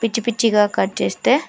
పిచ్చిపిచ్చిగా cut చేస్తే